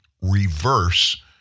reverse